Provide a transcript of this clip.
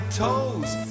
toes